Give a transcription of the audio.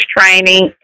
Training